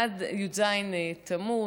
מאז י"ז בתמוז,